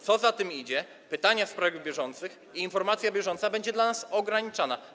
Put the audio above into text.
Co za tym idzie - pytania w sprawach bieżących i informacja bieżąca będzie dla nas ograniczana.